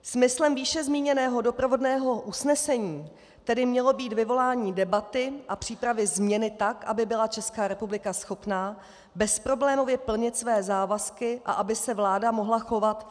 Smyslem výše zmíněného doprovodného usnesení tedy mělo být vyvolání debaty a přípravy změny tak, aby byla ČR schopná bezproblémově plnit své závazky a aby se vláda mohla chovat flexibilněji.